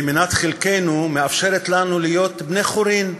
שהיא מנת חלקנו, מאפשרת לנו להיות בני-חורין.